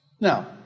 Now